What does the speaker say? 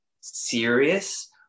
serious